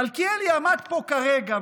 מלכיאלי עמד פה כרגע,